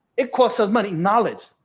it costs us money knowledge,